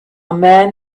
man